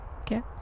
Okay